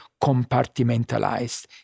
compartmentalized